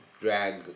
drag